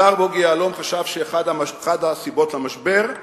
השר בוגי יעלון חשב שאחת הסיבות למשבר היא